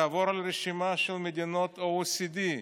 תעבור על רשימת מדינות ה-OECD,